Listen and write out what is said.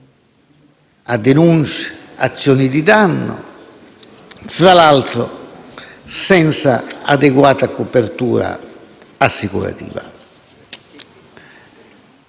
a denuncia e ad azioni di danno, fra l'altro senza un'adeguata copertura assicurativa.